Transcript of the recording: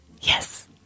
Yes